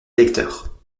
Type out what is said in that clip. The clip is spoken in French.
électeurs